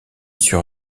sur